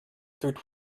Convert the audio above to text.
through